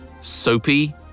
Soapy